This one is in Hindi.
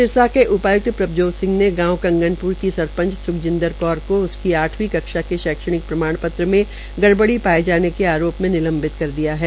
सिरसा के उपाय्क्त प्रभजोज सिंह ने गांव कंगनप्र की सरपंच स्ख्जिन्दर कौर को उसकी आठवीं कक्षा के शैक्षणिक प्रमाणपत्र में गड़बड़ी पाये जाने के आरोप में निलंवित कर दिया है